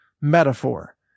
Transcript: metaphor